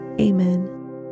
Amen